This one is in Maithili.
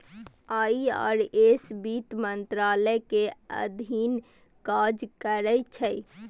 आई.आर.एस वित्त मंत्रालय के अधीन काज करै छै